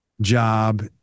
job